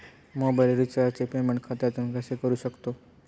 Mobile रिचार्जचे payment खात्यातून कसे करू शकतो?